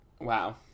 Wow